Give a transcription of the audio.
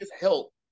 help